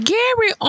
Gary